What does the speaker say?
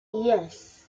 yes